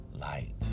light